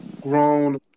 grown